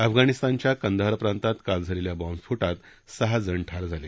अफगाणिस्तानच्या कंदहार प्रांतात काल झालेल्या बॉम्बस्फोटात सहा जण ठार झाले